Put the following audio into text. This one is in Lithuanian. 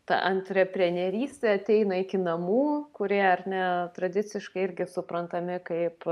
ta antreprenerystė ateina iki namų kurie ar ne tradiciškai irgi suprantami kaip